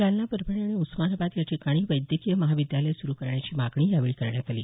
जालना परभणी आणि उस्मानाबाद या ठिकाणी वैद्यकीय महाविद्यालय सुरू करण्याची मागणी यावेळी करण्यात आली